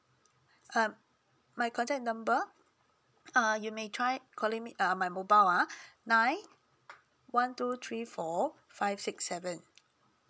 uh my contact number uh you make try calling me uh my mobile ah nine one two three four five six seven